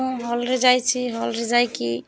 ମୁଁ ହଲ୍ରେ ଯାଇଛି ହଲ୍ରେ ଯାଇକି